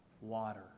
water